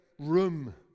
room